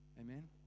Amen